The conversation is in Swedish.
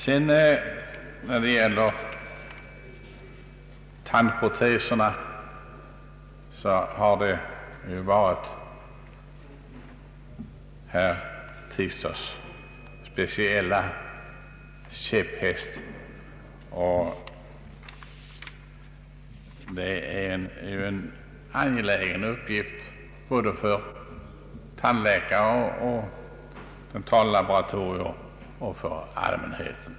Frågan om tandproteserna har varit herr Tistads speciella käpphäst, och den är angelägen för såväl tandläkare, dentallaboratorier som allmänheten.